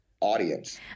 Audience